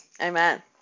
amen